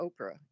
Oprah